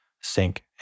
sync